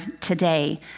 today